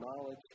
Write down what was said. knowledge